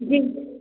जी